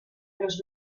los